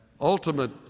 ultimate